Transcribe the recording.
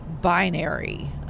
binary